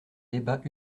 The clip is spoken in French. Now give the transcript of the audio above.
débat